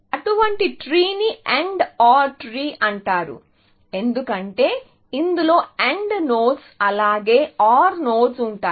అటువంటి ట్రీ ని AND OR tree అంటారు ఎందుకంటే ఇందులో AND నోడ్స్ అలాగే OR నోడ్స్ ఉంటాయి